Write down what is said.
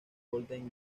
golden